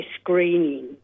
screening